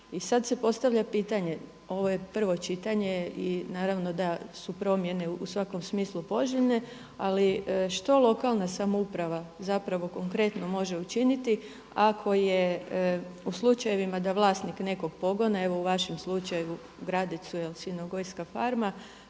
I sada se postavlja pitanje, ovo je prvo čitanje i naravno da su promjene u svakom smislu poželjne, ali što lokalna samouprava zapravo konkretno može učiniti ako je u slučajevima da vlasnik nekog pogona, evo u vašem slučaju u Gradecu je svinjogojska farma